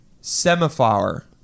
Semaphore